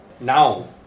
Now